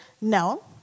No